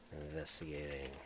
investigating